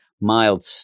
mild